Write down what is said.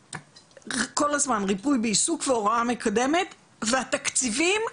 כל הזמן ריפוי בעיסוק והוראה מקדמת, והתקציבים,